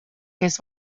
kes